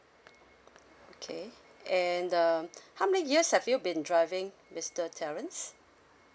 okay and um how many years have you been driving mister terence